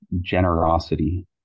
generosity